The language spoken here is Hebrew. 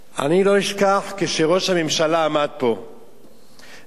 אני לא אשכח שראש הממשלה עמד פה ואמר: